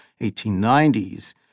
1890s